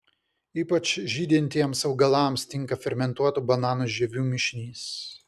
ypač žydintiems augalams tinka fermentuotų bananų žievių mišinys